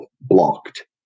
blocked